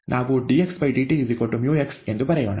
ನಾವು dxdt µx ಎಂದು ಬರೆಯೋಣ